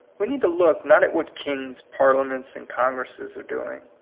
we need to look, not at what kings, parliaments, and congresses are do ing,